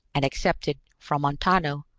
and accepted, from montano,